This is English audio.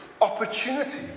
opportunity